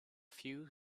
few